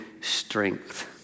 strength